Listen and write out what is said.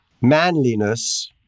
manliness